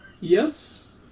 Yes